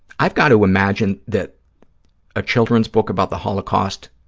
i've got to imagine that a children's book about the holocaust